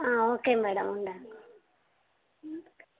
okay madam ఉంటాను